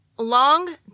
Long